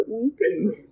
weeping